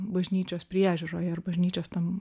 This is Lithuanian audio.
bažnyčios priežiūroje ar bažnyčios tam